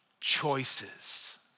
choices